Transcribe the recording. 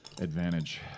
Advantage